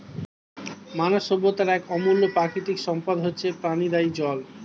মানব সভ্যতার এক অমূল্য প্রাকৃতিক সম্পদ হচ্ছে প্রাণদায়ী জল